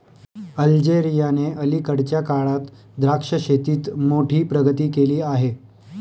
अल्जेरियाने अलीकडच्या काळात द्राक्ष शेतीत मोठी प्रगती केली आहे